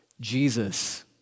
Jesus